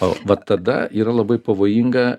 o vat tada yra labai pavojinga